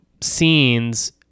scenes